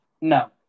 No